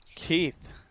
keith